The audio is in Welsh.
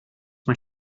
mae